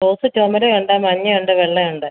rose ചൊമര ഉണ്ട് മഞ്ഞ ഉണ്ട് വെള്ള ഉണ്ട്